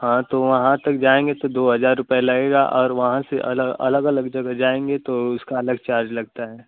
हाँ तो वहाँ तक जाएँगे तो दो हज़ार रुपये लगेगा और वहाँ से अलग अलग अलग जगह जाएँगे तो उसका अलग चार्ज लगता है